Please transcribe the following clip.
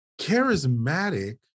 charismatic